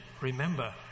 remember